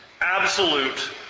absolute